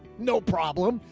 no problem.